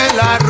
la